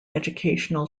educational